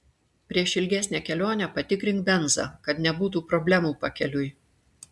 prieš ilgesnę kelionę patikrink benzą kad nebūtų problemų pakeliui